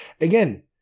Again